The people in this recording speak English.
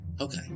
Okay